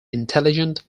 intelligent